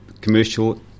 commercial